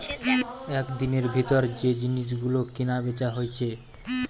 একদিনের ভিতর যে জিনিস গুলো কিনা বেচা হইছে